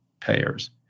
payers